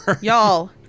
Y'all